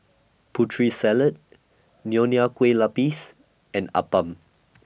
Putri Salad Nonya Keeh Lapis and Appam